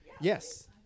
Yes